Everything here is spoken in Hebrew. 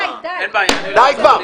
די כבר.